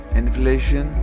inflation